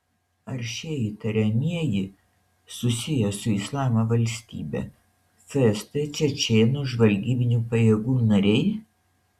ar šie įtariamieji susiję su islamo valstybe fst čečėnų žvalgybinių pajėgų nariai